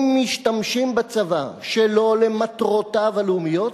אם משתמשים בצבא שלא למטרותיו הלאומיות,